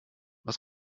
was